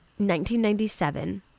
1997